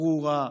ברורה,